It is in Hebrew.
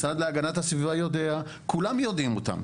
משרד להגנת הסביבה יודע, כולם יודעים אותם.